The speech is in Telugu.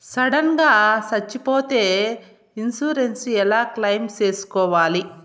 సడన్ గా సచ్చిపోతే ఇన్సూరెన్సు ఎలా క్లెయిమ్ సేసుకోవాలి?